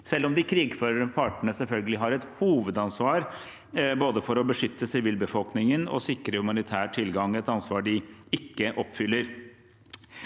selv om de krigførende partene selvfølgelig har et hovedansvar for både å beskytte sivilbefolkningen og sikre humanitær tilgang, et ansvar de ikke oppfyller.